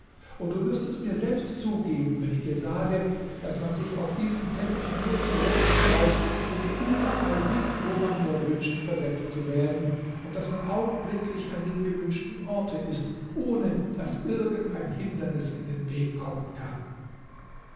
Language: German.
und du wirst es mir selbst zugeben wenn ich dir sage daß man sich auf diesen teppich nur zu setzen braucht um überall hin wo man nur wünscht versetzt zu werden und daß man augenblicklich an dem gewünschten orte ist ohne daß irgend ein hindernis in den weg kommen kann